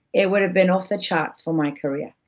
it would have been off the charts for my career,